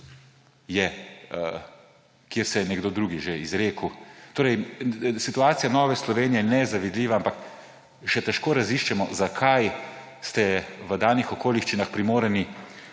tam, kjer se je nekdo drug že izrekel? Situacija Nove Slovenije je nezavidljiva, ampak še težko raziščemo, zakaj ste v danih okoliščinah primorani